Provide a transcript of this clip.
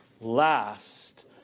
last